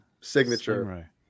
signature